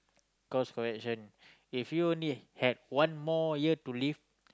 cost correction if you need had one more year to live